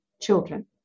children